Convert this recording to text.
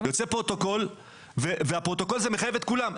יוצא פרוטוקול, והפרוטוקול הזה מחייב את כולם.